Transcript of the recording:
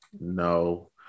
no